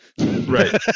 Right